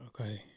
Okay